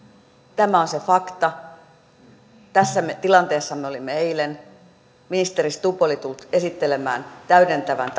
tämä on se fakta tässä tilanteessa me olimme eilen ministeri stubb oli tullut esittelemään täydentävän